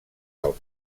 del